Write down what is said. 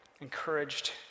encouraged